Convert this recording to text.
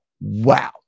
Wow